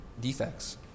Defects